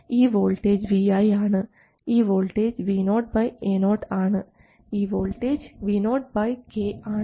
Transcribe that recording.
ഈ voltage Vi ആണ് ഈ വോൾട്ടേജ് VoAo ആണ് ഈ വോൾട്ടേജ് Vok ആണ്